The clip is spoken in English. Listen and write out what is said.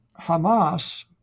Hamas